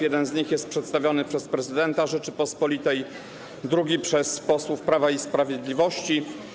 Jeden z nich jest przedstawiony przez prezydenta Rzeczypospolitej Polskiej, a drugi przez posłów Prawa i Sprawiedliwości.